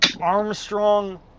Armstrong